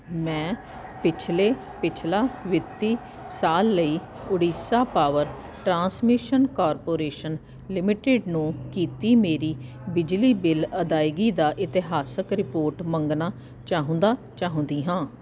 ਮੈਂ ਪਿਛਲੇ ਪਿਛਲਾ ਵਿੱਤੀ ਸਾਲ ਲਈ Odisha power transmission corporation limited ਨੂੰ ਕੀਤੀ ਮੇਰੀ ਬਿਜਲੀ ਬਿੱਲ ਅਦਾਇਗੀ ਦਾ ਇਤਿਹਾਸਕ ਰਿਪੋਰਟ ਮੰਗਣਾ ਚਾਹੁੰਦਾ ਚਾਹੁੰਦੀ ਹਾਂ